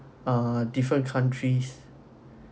ah different countries